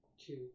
Two